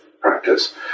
practice